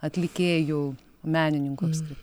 atlikėjų menininkų apskritai